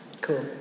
Cool